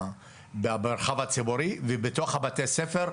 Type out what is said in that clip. במרחב הציבורי ובתוך בתי הספר.